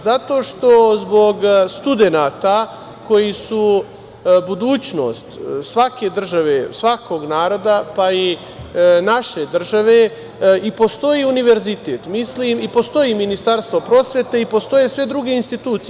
Zato što zbog studenata koji su budućnost svake države, svakog naroda, pa i naše države i postoji univerzitet i postoji Ministarstvo prosvete i postoje sve druge institucije.